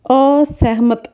ਅਸਹਿਮਤ